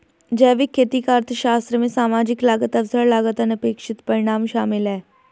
जैविक खेती का अर्थशास्त्र में सामाजिक लागत अवसर लागत अनपेक्षित परिणाम शामिल है